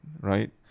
right